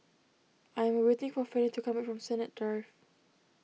I am waiting for Fanny to come back from Sennett Drive